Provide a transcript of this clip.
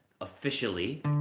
officially